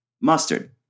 mustard